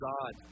God